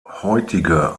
heutige